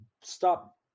stop